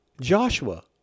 Joshua